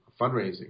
fundraising